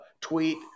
tweet